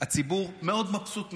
הציבור מאוד מבסוט מכם.